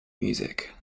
music